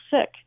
sick